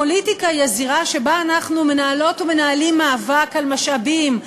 הפוליטיקה היא הזירה שבה אנחנו מנהלות ומנהלים מאבק על משאבים,